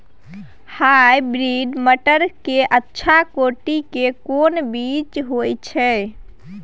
Hybrid मटर के अच्छा कोटि के कोन बीज होय छै?